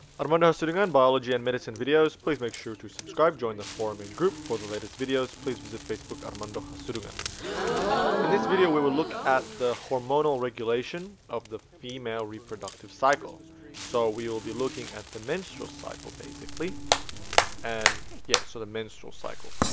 armando hasudungan biology and medicine videos please make sure to join the forum in group for the latest videos please visit facebook armando hasudungan in this video we will look at the hormonal regulation of the female reproductive cycle so we will be looking at the menstrual cycle basically and yes, so the menstrual cycle